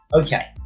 okay